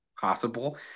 possible